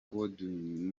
godwyn